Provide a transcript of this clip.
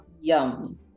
yum